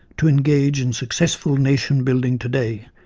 to engage in successful nation building today,